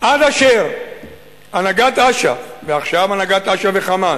עד אשר הנהגת אש"ף, ועכשיו הנהגת אש"ף ו"חמאס"